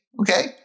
Okay